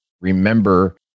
remember